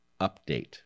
update